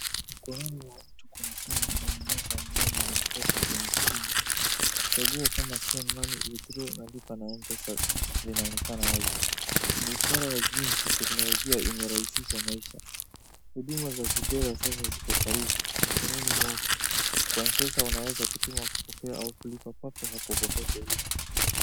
Mkononi mwa mtu kuna simu inayomwonesha menyu ya Mpesa kwenye skirini, chaguo kama Send money, withdraw na lipa na mpesa vinaonekana wazi. Ni ishara ya jinsi teknolojia imerahisisha maisha, huduma za kifedha sasa ziko karibu, mikononi mwako, kwa mpesa unaweza kutuma, kupokea au kulipa papo hapo popote ulipo.